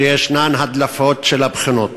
שיש הדלפות של הבחינות